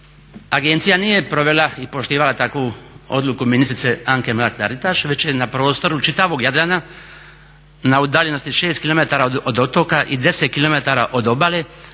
agencija nije provela i poštivala takvu odluku ministrice Anke Mrak-Taritaš već je na prostoru čitavog Jadrana na udaljenosti 6 kilometara od otoka i 10 kilometara